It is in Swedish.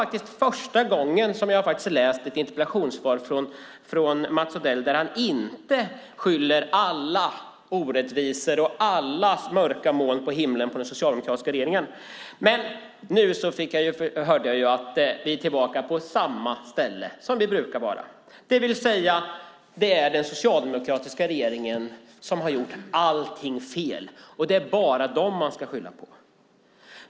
Det var första gången som jag läst ett interpellationssvar från Mats Odell där han inte skyller alla orättvisor och alla mörka moln på himlen på den socialdemokratiska regeringen. Men nu fick jag höra att vi är tillbaka på samma ställe där vi brukar vara: Det är den socialdemokratiska regeringen som har gjort allting fel, och det är bara dem man ska skylla på.